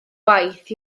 waith